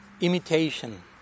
imitation